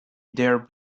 they’re